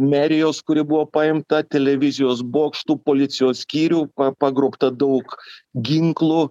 merijos kuri buvo paimta televizijos bokštų policijos skyrių pagrobta daug ginklų